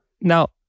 Now